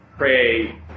pray